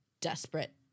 desperate